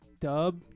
Dub